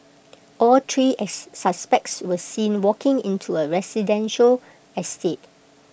all three as suspects were seen walking into A residential estate